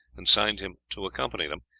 and signed him to accompany them,